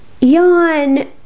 yawn